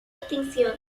extinción